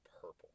purple